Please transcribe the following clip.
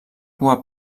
cua